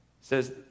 says